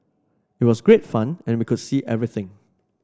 it was great fun and we could see everything